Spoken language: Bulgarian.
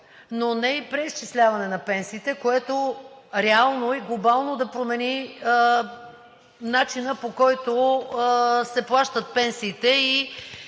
но не и преизчисляването им, което реално и глобално да промени начинът, по който се плащат пенсиите,